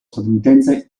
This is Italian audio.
statunitense